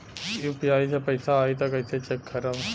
UPI से पैसा आई त कइसे चेक खरब?